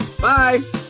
Bye